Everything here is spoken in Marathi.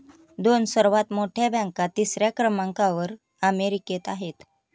दोन सर्वात मोठ्या बँका तिसऱ्या क्रमांकावर अमेरिकेत आहेत